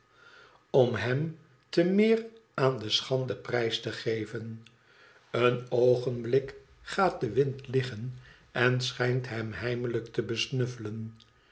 om hem te meer aan de schande prijs te geven d oogenblik gaat de wind liggen en schijnt hem heimelijk te buffelen